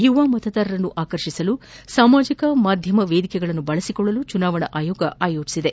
ಯುವ ಮತದಾರರನ್ನು ಆಕರ್ಷಿಸಲು ಸಾಮಾಜಿಕ ಮಾಧ್ಯಮ ವೇದಿಕೆಗಳನ್ನು ಬಳಸಿಕೊಳ್ಲಲು ಚುನಾವಣಾ ಆಯೋಗ ಯೋಜಿಸಿದೆ